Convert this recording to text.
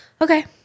Okay